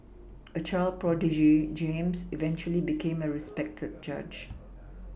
a child prodigy James eventually became a respected judge